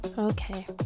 Okay